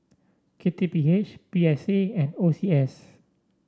K T P H P S A and O C S